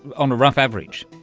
on a rough average?